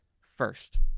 first